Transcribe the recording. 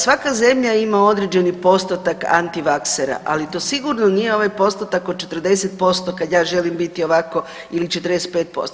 Svaka zemlja ima određeni postotak antivaksera, ali to sigurno nije ovaj postotak od 40% kada ja želim biti ovako ili 45%